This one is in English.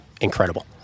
incredible